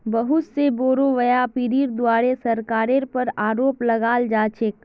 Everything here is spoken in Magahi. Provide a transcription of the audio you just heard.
बहुत स बोरो व्यापीरीर द्वारे सरकारेर पर आरोप लगाल जा छेक